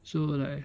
so like